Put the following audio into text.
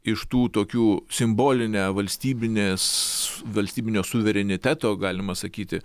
iš tų tokių simbolinę valstybinės valstybinio suvereniteto galima sakyti